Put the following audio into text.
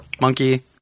Monkey